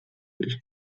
sich